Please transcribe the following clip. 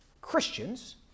Christians